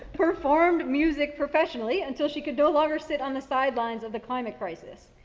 performed music professionally until she could no longer sit on the sidelines of the climate crisis.